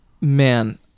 man